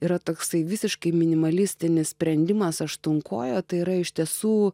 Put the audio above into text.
yra toksai visiškai minimalistinis sprendimas aštuonkojo tai yra iš tiesų